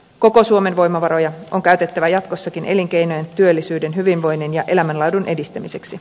koko suomen voimavaroja on käytettävä jatkossakin elinkeinojen työllisyyden hyvinvoinnin ja elämänlaadun edistämiseksi